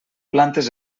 plantes